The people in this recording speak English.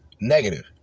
negative